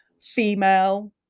female